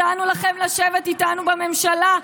הצענו לכם לשבת איתנו בממשלה.